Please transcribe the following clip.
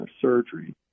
surgery